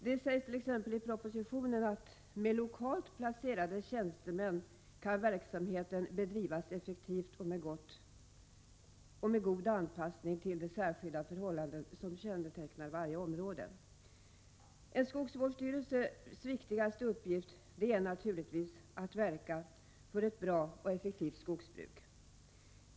Det sägs t.ex. i propositionen: Med lokalt placerade tjänstemän kan verksamheten bedrivas effektivt och med god anpassning till de särskilda förhållanden som kännetecknar varje område. En skogsvårdsstyrelses viktigaste uppgift är naturligtvis att verka för ett bra och effektivt skogsbruk.